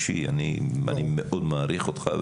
אני מאוד מעריך אותך,